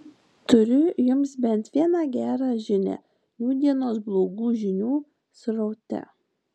turiu jums bent vieną gerą žinią nūdienos blogų žinių sraute